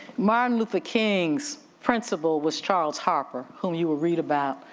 martin luther king's principle was charles harper whom you were read about,